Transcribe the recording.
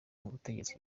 butegetsi